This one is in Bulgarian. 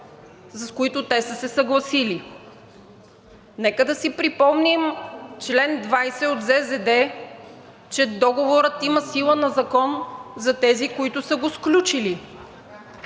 за които те са се съгласили. Нека да си припомним чл. 20 от ЗЗД, че договорът има сила на закон за тези, които са го сключили.